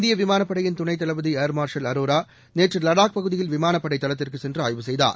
இந்திய விமானப் படையின் துணைத் தளபதி ஏர்மார்ஷல் அரோரா நேற்று லடாக் பகுதியில் விமானப் படை தளத்திற்குச் சென்று ஆய்வு செய்தார்